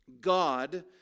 God